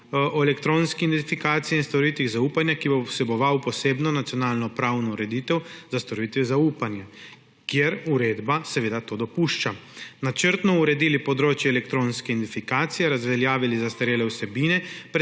o elektronski identifikaciji in storitvah zaupanja, ki bo vseboval posebno nacionalno pravno ureditev za storitve zaupanja, kjer uredba seveda to dopušča, načrtno uredil področje elektronske identifikacije, razveljavil zastarele vsebine